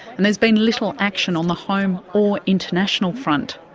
and there's been little action on the home or international front.